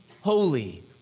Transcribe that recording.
holy